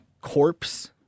corpse